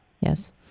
Yes